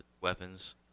weapons